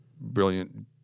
brilliant